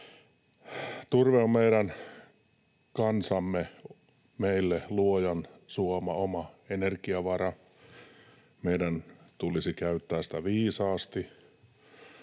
Turve on meidän kansallemme Luojan suoma oma energiavara. Meidän tulisi käyttää sitä viisaasti